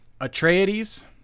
Atreides